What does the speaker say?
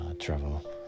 travel